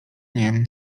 nie